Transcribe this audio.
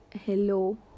hello